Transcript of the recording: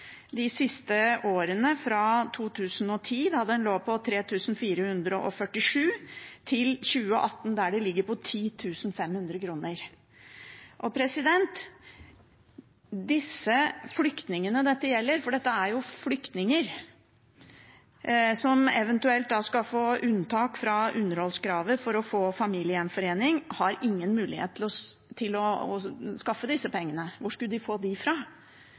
de siste årene – fra 2010, da det lå på 3 447 kr, til 2018, der det ligger på 10 500 kr. Disse flyktningene dette gjelder – for dette er jo flyktninger som eventuelt skal få unntak fra underholdskravet for å få familiegjenforening – har ingen mulighet til å skaffe disse pengene. Hvor skulle de få dem fra?